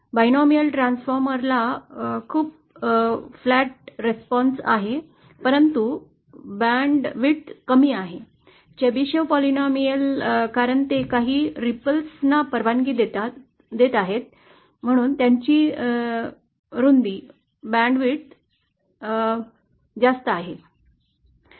द्विपदीय transformer ला खूपच सपाट प्रतिसाद आहे परंतु बँडची रुंदी कमी आहे चेबेशेव पॉलिनोमियल कारण ते काही लाटां ना परवानगी देत आहे त्याची रुंदी रुंद आहे